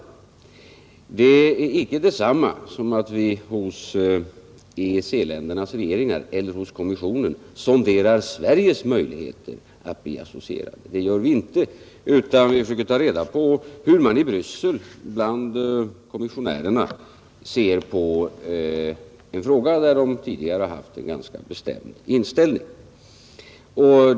Det är icke detsamma som att vi hos EEC-ländernas regeringar eller hos kommissionen sonderar Sveriges möjligheter att bli associerat. Det gör vi inte, utan vi försöker ta reda på hur man bland kommissionärerna i Bryssel ser på en fråga i vilken de tidigare haft en ganska bestämd inställning.